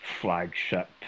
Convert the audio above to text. flagship